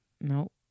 no